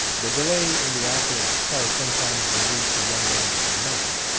the delay in the offer of the car sometimes induced a young man to remain.